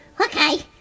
Okay